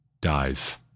dive